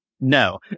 no